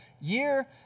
year